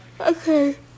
Okay